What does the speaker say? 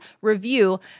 review